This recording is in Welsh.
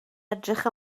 edrych